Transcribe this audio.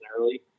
early